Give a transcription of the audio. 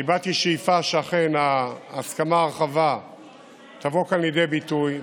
והבעתי שאיפה שאכן ההסכמה הרחבה תבוא כאן לידי ביטוי.